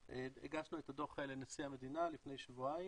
הגשנו את הדו"ח לנשיא המדינה לפני שבועיים,